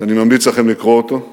שאני ממליץ לכם לקרוא אותו.